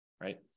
right